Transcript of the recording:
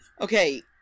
Okay